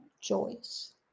choice